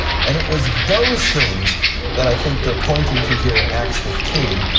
and it was those things that i think they're pointing to here in acts fifteen,